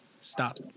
stop